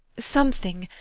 something